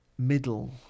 middle